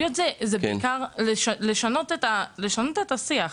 הציפיות הן בעיקר לשנות את השיח.